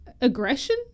aggression